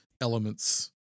elements